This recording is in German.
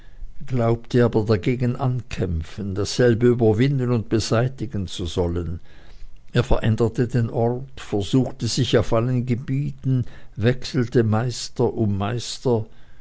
glaubte aber dagegen ankämpfen dasselbe überwinden und beseitigen zu sollen er veränderte den ort versuchte sich auf allen gebieten wechselte meister um meister